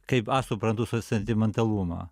kaip aš suprantu su sentimentalumą